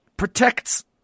protects